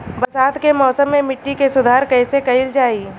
बरसात के मौसम में मिट्टी के सुधार कईसे कईल जाई?